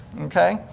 okay